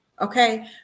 Okay